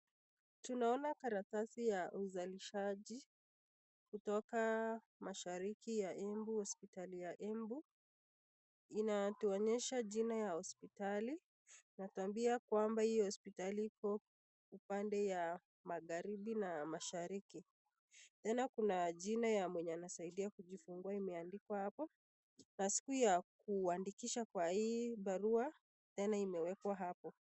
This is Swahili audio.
Tunaona karatasi ya uzalishaji kutoka mashariki ya Embu, hosipitali ya Embu. Inatuonyesha jina ya hosipitali. Inatuambia kwamba hiyo hosipitali iko pande ya magharibi na mashariki. Tena kuna jina ya mwenye anasaidia kujifungua imeandikwa hapo. Na siku ya kuandikisha kwa hii barua tena imewekwa hapo.